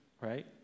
right